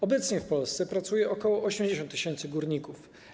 Obecnie w Polsce pracuje ok. 80 tys. górników.